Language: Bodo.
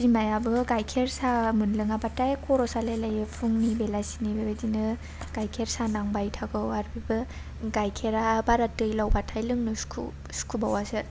बिमायाबो गाइखेर साहा मोनलोंआबाथाय खर' सालाय लायो फुंनि बेलासिनि बेबायदिनो गाइखेर साहा नांबाय थागौ आरो बेबो गाइखेरा बारा दैलाव बाथाय लोंनो सुखुबावासो